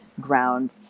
ground